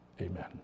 Amen